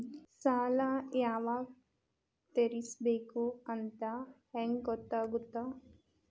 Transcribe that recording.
ಸಾಲ ಯಾವಾಗ ತೇರಿಸಬೇಕು ಅಂತ ಹೆಂಗ್ ಗೊತ್ತಾಗುತ್ತಾ?